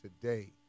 today